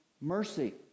mercy